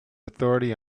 authority